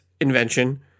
invention